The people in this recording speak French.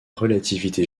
relativité